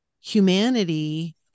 humanity